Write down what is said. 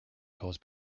cause